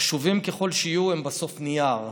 חשובים ככל שיהיו, הם בסוף נייר.